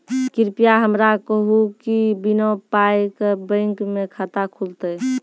कृपया हमरा कहू कि बिना पायक बैंक मे खाता खुलतै?